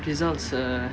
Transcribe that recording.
results uh